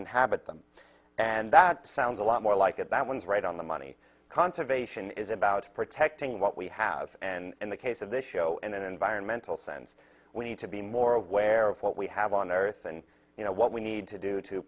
inhabit them and that sounds a lot more like it that was right on the money conservation is about protecting what we have and in the case of the show in an environmental sense we need to be more aware of what we have on earth and what we need to do to